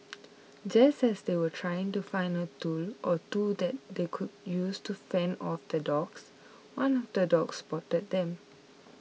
just as they were trying to find a tool or two that they could use to fend off the dogs one of the dogs spotted them